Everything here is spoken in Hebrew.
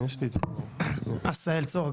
עשהאל צור,